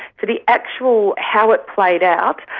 for the actual how it played out,